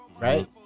right